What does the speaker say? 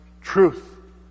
truth